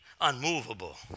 unmovable